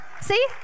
See